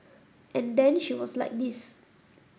and then she was like this